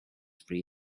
free